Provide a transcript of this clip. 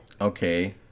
Okay